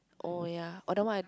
oh ya oh that one I